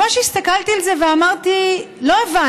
ממש הסתכלתי על זה ואמרתי: לא הבנתי,